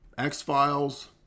X-Files